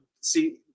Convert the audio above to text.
see